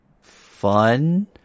fun